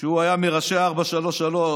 שהוא היה מראשי 433,